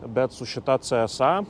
bet su šita cė es a